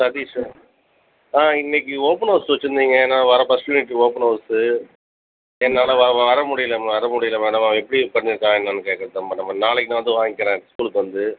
சதிஷ் ஆ இன்னைக்கு ஓப்பனவர்ஸ் வச்சுருந்தீங்க நான் வர ஃபர்ஸ்ட் யூனிட்டுக்கு ஓப்பனவர்ஸ்ஸு என்னால் வ வர முடியல வர முடியல மேடம் அவன் எப்படி பண்ணிருக்கான் என்னன்னு கேட்கறதுக்குதான் மேடம் நாளைக்கு நான் வந்து வாங்க்கிறேன் ஸ்கூலுக்கு வந்து